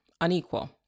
unequal